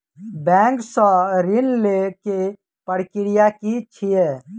Bank सऽ ऋण लेय केँ प्रक्रिया की छीयै?